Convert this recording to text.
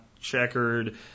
checkered